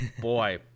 Boy